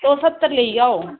तुस सत्तर लेई जाओ